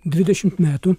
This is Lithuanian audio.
dvidešimt metų